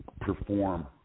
perform